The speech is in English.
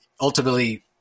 ultimately